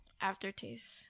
aftertaste